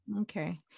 Okay